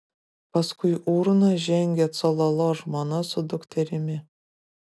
paskui urną žengė cololo žmona su dukterimi